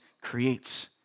creates